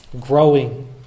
Growing